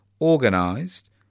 organised